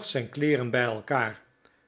zijn kleeren bij elkaar